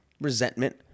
resentment